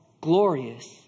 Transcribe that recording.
glorious